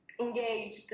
engaged